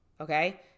Okay